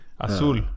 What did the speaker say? Azul